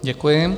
Děkuji.